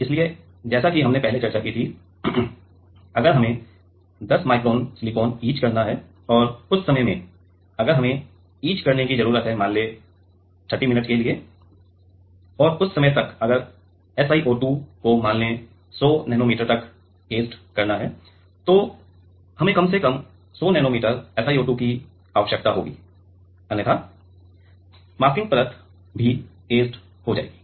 इसलिए जैसा कि हमने पहले चर्चा की थी अगर हमें 10 माइक्रोन सिलिकॉन इच करना है और उस समय में अगर हमें इच करने की जरूरत है मान ले 30 मिनट के लिए और उस समय तक अगर SiO2 को मान ले 100 नैनो मीटर तक ऐचेड करना है तो हमें कम से कम 100 नैनो मीटर SiO2 की आवश्यकता होती है अन्यथा मास्किंग परत ऐचेड हो जाएगी